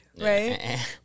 Right